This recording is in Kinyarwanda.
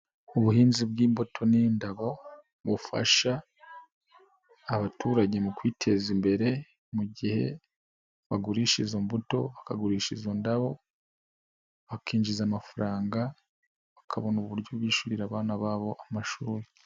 Ubuhinzi bw'imbuto n'indabo, bufasha abaturage mu kwiteza imbere, mu gihe, bagurisha izo mbuto, bakagurisha izo ndabo, bakinjiza amafaranga bakabona uburyo bishyurira abana babo amashuri.